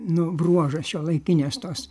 nu bruožas šiuolaikinės tos